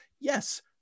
yes